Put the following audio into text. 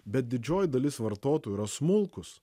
bet didžioji dalis vartotojų yra smulkūs